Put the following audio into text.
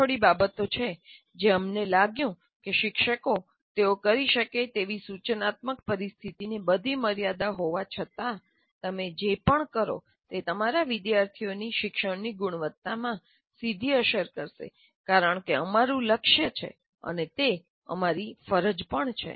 આ થોડીક બાબતો છે જે અમને લાગ્યું કે શિક્ષકો તેઓ કરી શકે તેવી સૂચનાત્મક પરિસ્થિતિની બધી મર્યાદાઓ હોવા છતાં તમે જે પણ કરો તે તમારા વિદ્યાર્થીઓના શિક્ષણની ગુણવત્તામાં સીધી અસર કરશે કારણકે તે અમારું લક્ષ્ય છે અને તે અમારી ફરજ પણ છે